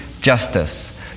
justice